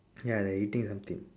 ya they eating something